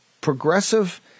progressive